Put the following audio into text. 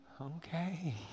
Okay